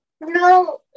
No